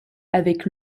avec